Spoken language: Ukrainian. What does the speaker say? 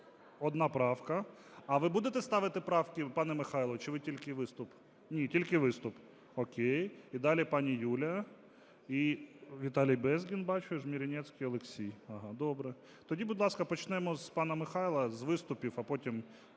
одна правка. А ви будете ставити правки, пане Михайле, чи ви тільки виступ? Ні, тільки виступ. О'кей. І далі пані Юля. І Віталій Безгін, бачу. Жмеренецький Олексій. Добре. Тоді, будь ласка, почнемо з пана Михайла, з виступів, а потім